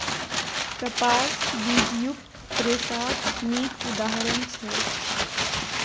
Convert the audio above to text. कपास बीजयुक्त रेशाक नीक उदाहरण छै